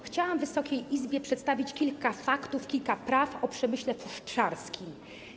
Chciałabym Wysokiej Izbie przedstawić kilka faktów, kilka prawd o przemyśle futrzarskim.